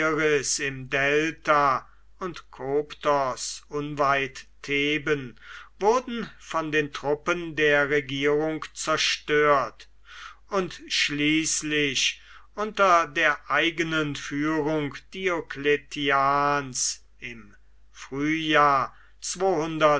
im delta und koptos unweit theben wurden von den truppen der regierung zerstört und schließlich unter der eigenen führung diocletians im frühjahr